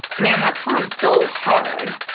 man, that sounds so hard,